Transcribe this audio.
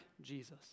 Jesus